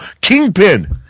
Kingpin